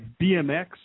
BMX